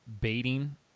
baiting